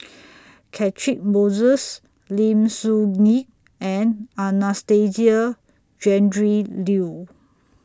Catchick Moses Lim Soo Ngee and Anastasia Tjendri Liew